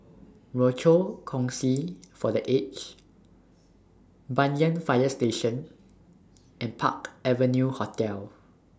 Rochor Kongsi For The Aged Banyan Fire Station and Park Avenue Hotel